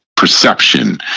perception